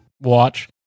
watch